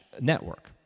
network